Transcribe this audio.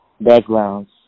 backgrounds